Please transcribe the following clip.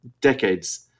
decades